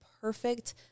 perfect